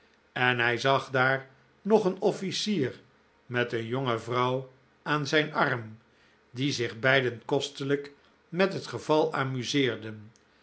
en hij zag daar nog een offlcier met een jonge vrouw aan zijn arm die zich beiden kostelijk met het geval amuseerden